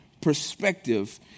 perspective